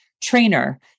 trainer